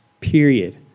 Period